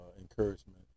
encouragement